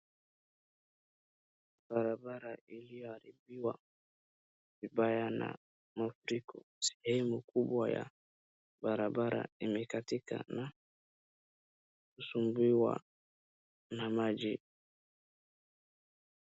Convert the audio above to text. Barabara iliyoharibiwa vibaya na mafuriko sehemu kubwa ya barabara imekatika na kusombiwa na maji